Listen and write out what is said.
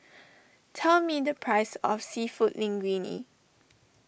tell me the price of Seafood Linguine